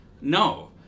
No